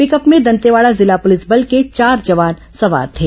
pickup में दंतेवाड़ा जिला police बल के चार जवान सवार थे